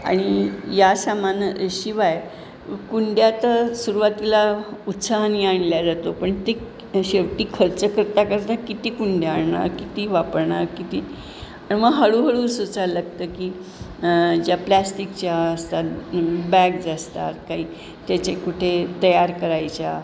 आणि या सामानाशिवाय कुंड्या तर सुरवातीला उत्साहाने आणल्या जातो पण ती शेवटी खर्च करता करता किती कुंड्या आणणार किती वापरणार किती आणि मग हळूहळू सुचायला लागतं की ज्या प्लॅस्टिकच्या असतात बॅग्ज असतात काही त्याचे कुठे तयार करायच्या